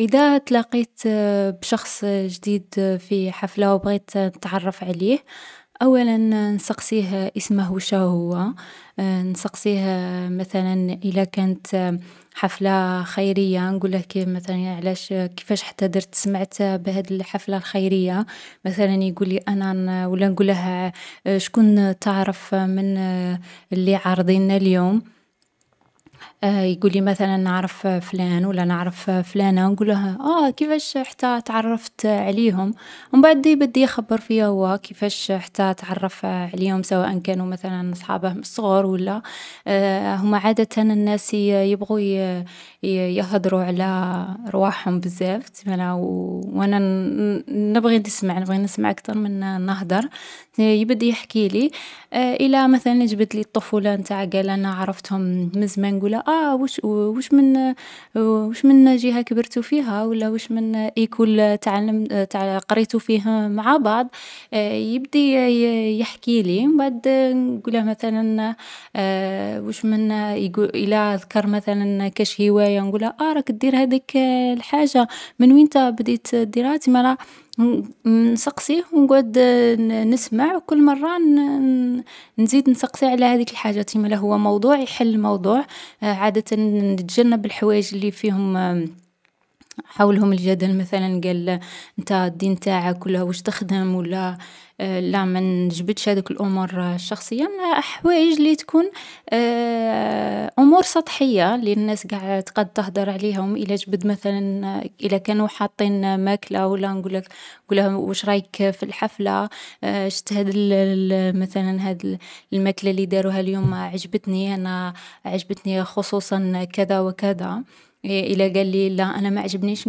﻿إذا تلاقيت بشخص جديد في حفلة وبغيت نتعرف عليه، أولاً نسقسيه اسمه وش هو نسقسيه مثلاً إلا كانت حفلة خيرية نقوله كاين مثلاً علاش كيفاش حتى درت سمعت بهذه الحفلة الخيرية. مثلاً يقولي أنا ن-ولا نقوله شكون تعرف من اللي عرضينا اليوم، يقولي مثلاً نعرف فلان ولا نعرف فلانة نقوله آه كيفاش حتى تعرفت عليهم ومبعد بدي يخبر فيا هو كيفاش حتى تعرف عليهم سواءا كانوا مثلاً أصحابه من الصغر ولا. هما عادة الناس يبغوا ي-يهدروا على رواحهم بزاف وأنا نبغي نسمع، نبغي نسمع أكتر من نهدر يبدي يحكي لي إلى مثلاً يجبدلي الطفولة قال أنا عرفتهم من زمان، نقوله آه وش من وش من جيها كبرتو فيها ولا وش من ايكول تع تع-قريتو فيها مع بعض. يبدي ي-يحكي لي وبعد نقوله مثلاً، وش من إلا ذكر مثلاً كش هواية نقوله آه راك تدير هذيك الحاجة من وينتا بديت ديرها. يتسمى نسقسيه ونقعد نسمع وكل مرة نزيد نسقسي على هذيك الحاجات. إمالا هو موضوع يحل الموضوع عادة، نتجنب الحوايج اللي فيهم حولهم الجدل. مثلاً قال أنت دين تاعك ولا وش تخدم ولا لا منجبدش هذيك الأمور الشخصية من أحوايج لي تكون أمور سطحية اللي الناس قاع قد تهدر عليهم إلا جبت مثلاً، إلا كانوا حاطين ماكلة ولا نقوله وش رأيك في الحفلة، شت هذي ال-مثلاً هذي المكلة اللي داروها اليوم عجبتني أنا عجبتني خصوصاً كذا وكذا. إلا قال لي لا أنا ماعجبنيش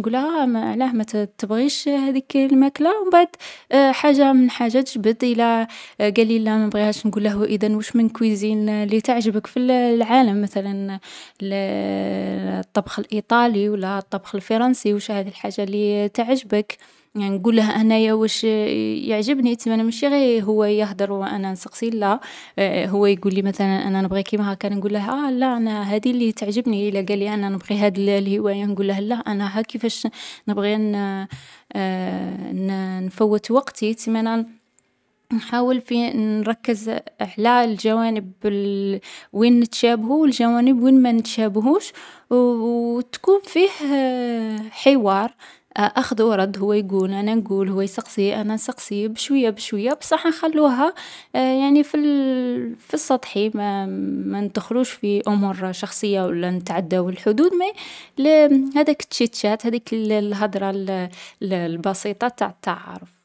نقوله آه ها ما ما تبغيش هذيك الماكلة، وبعد حاجة من حاجة تجبد إلا قال لي لا مانبغيهاش نقول له و إذن وش من كويزين اللي تعجبك في العالم مثلاً. الطبخ الإيطالي ولا الطبخ الفرنسي وش هذي الحاجة اللي تعجبك، نقوله أنايا وش يعجبني يتسما مش غي هو يهدر وأنا نسقسي لا. هو يقول لي مثلاً أنا نبغي كيماهاك انا نقول له، لا أنا هذي اللي تعجبني إلا قال لي أنا نبغي هذي الهواية نقوله لا انا ها كيفاش نبغي ن-نفوت وقتي. يتسمى أنا نحاول أن نركز على الجوانب وين نتشابهو والجوانب وين ما نتشابهوش، وتكون فيه حوار أخذ ورد، هو يقول أنا نقول هو يسقسي أنا نقسي. بشوية بشوية بصح نخلوها يعني في ال في السطحي ماندخلوش في أمور شخصية ولا نتعداو الحدود، هذيك الشيتشات هذيك الهدرة البسيطة نتع التعارف.